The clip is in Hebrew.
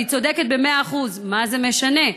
והיא צודקת במאה אחוז, מה זה משנה?